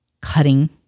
cutting